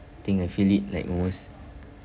I think I feel it like almost